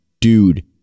dude